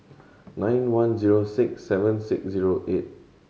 nine one zero six seven six zero eight